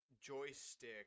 joystick